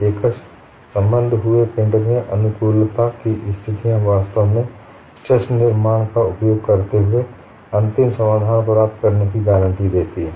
एकश संबंद्ध हुए पिंड में अनुकूलता की स्थितियां वास्तव में स्ट्रेस निर्माण का उपयोग करते हुए अंतिम समाधान प्राप्त करने की गारंटी देती हैं